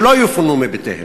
שהם לא יפונו מבתיהם?